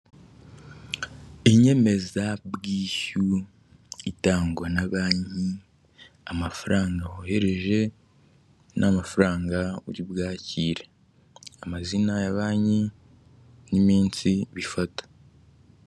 Inyemezabwishyu itangwa na banki amafaranga wohereje n'amafaranga uri bwakire, amazina ya banki n'iminsi bifata.